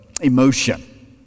emotion